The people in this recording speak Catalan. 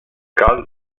cal